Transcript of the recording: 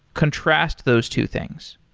contrast those two things.